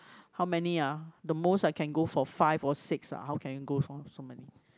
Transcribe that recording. how many ah the most I can go for five or six ah how can you go for so many